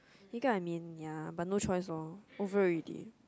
do you get what I mean ya but no choice lor over already